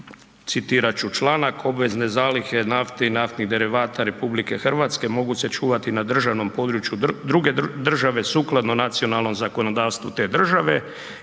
citirat ću članak, obvezne zalihe nafte i naftnih derivata RH mogu se čuvati na državnom području druge države sukladno nacionalnom zakonodavstvu te države,